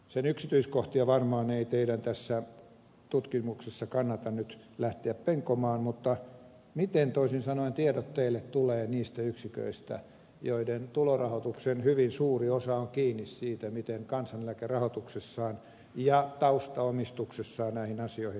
sen yksityiskohtia varmaan ei teidän tässä tutkimuksessa kannata nyt lähteä penkomaan mutta miten toisin sanoen tiedot teille tulee niistä yksiköistä joiden tulorahoituksen hyvin suuri osa on kiinni siitä miten kansaneläkelaitos rahoituksessaan ja taustaomistuksessaan näihin asioihin suhtautuu